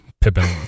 Pippin